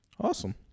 Awesome